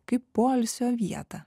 kaip poilsio vietą